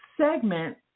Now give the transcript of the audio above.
segment